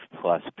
plus